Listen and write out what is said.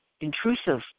intrusive